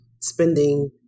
spending